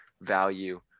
value